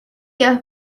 your